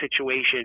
situation